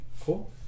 cool